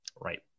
Right